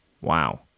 wow